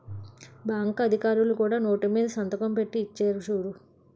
bank అధికారులు కూడా note మీద సంతకం పెట్టి ఇచ్చేరు చూడు